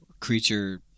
creature